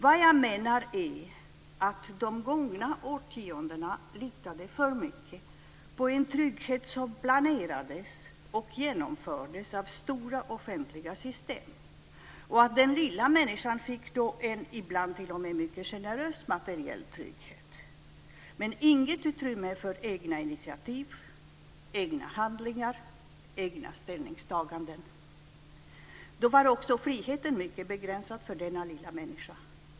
Vad jag menar är att man under de gångna årtiondena litade för mycket på en trygghet som planerades och genomfördes i stora offentliga system och att den lilla människan fick en ibland t.o.m. mycket generös materiell trygghet - men inget utrymme för egna initiativ, egna handlingar, egna ställningstaganden. Då var också friheten mycket begränsad för denna lilla människa.